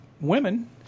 women